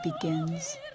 begins